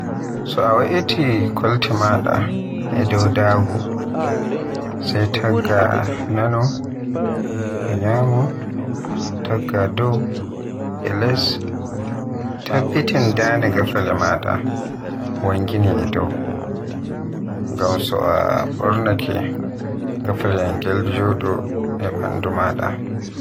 so a we'iti kolte maada e dow daago, sai tagga naano e ñyaamo, tagga dow e les. tabbitin dande ngafale maada wangini e dow, ngam so a bornaake, ngafaleyel ngel jodo e bandu maada.